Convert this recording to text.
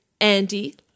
Andy